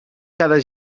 cada